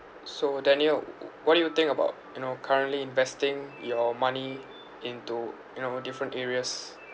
so daniel oo oo what do you think about you know currently investing your money into you know different areas